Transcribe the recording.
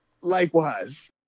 likewise